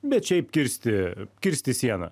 bet šiaip kirsti kirsti sieną